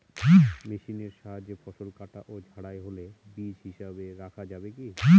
মেশিনের সাহায্যে ফসল কাটা ও ঝাড়াই হলে বীজ হিসাবে রাখা যাবে কি?